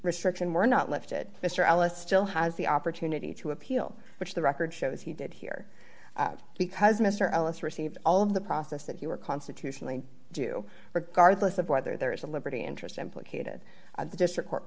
restriction were not lifted mr ellis still has the opportunity to appeal which the record shows he did here because mr ellis received all of the process that you are constitutionally do regardless of whether there is a liberty interest implicated in the district court